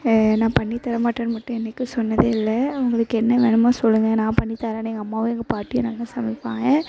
நான் பண்ணித் தரமாட்டேன்னு மட்டும் என்றைக்கும் சொன்னதே இல்லை உங்களுக்கு என்ன வேணுமோ சொல்லுங்கள் நான் பண்ணித் தர்றேன்னு எங்கள் அம்மாவும் எங்கள் பாட்டியும் நல்லா சமைப்பாங்க